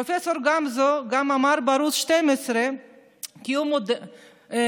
פרופ' גמזו גם אמר בערוץ 12 כי הוא מודיע,